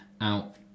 out